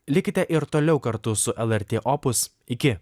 likite ir toliau kartu su lrt opus iki